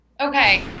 Okay